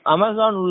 Amazon